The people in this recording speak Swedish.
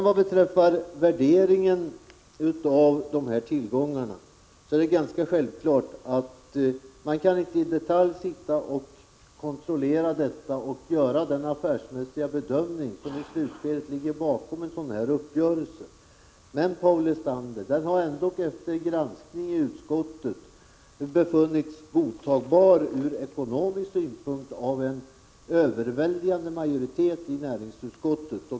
Vad beträffar värderingen av tillgångarna är det ganska självklart att vi inte kan sitta och i detalj kontrollera allt och göra den affärsmässiga bedömning som i slutskedet ligger bakom en sådan här uppgörelse. Men uppgörelsen har trots allt, Paul Lestander, efter granskning av utskottet befunnits godtagbar från ekonomisk synpunkt av en överväldigande majoritet i näringsutskottet.